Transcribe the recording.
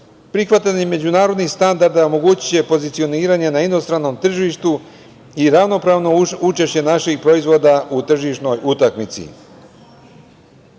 standard. Prihvatanje međunarodnih standarda omogućiće pozicioniranje na inostranom tržištu i ravnopravno učešće naših proizvoda u tržišnoj utakmici. Više